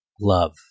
love